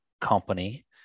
company